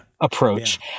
approach